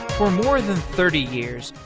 for more than thirty years,